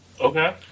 Okay